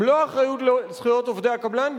מלוא האחריות לזכויות עובדי הקבלן,